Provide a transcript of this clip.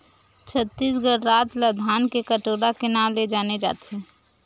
छत्तीसगढ़ राज ल धान के कटोरा के नांव ले जाने जाथे